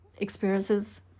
experiences